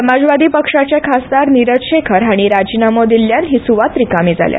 समाजवादी पक्षाचे खासदार निरज शेखर हांणी राजिनामो दिल्ल्यान ही सुवात रिकामी जाल्या